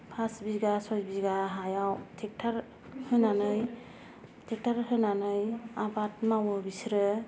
फास बिगा सय बिगा हायाव ट्रेक्टर होनानै ट्रेक्टर होनानै आबाद मावो बिसोरो